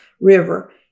river